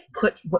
put